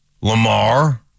Lamar